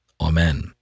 Amen